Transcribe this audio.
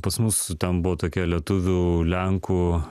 pas mus ten buvo tokia lietuvių lenkų